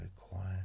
quiet